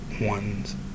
ones